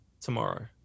tomorrow